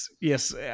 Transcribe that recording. Yes